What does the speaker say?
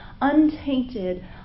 untainted